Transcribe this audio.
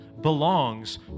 belongs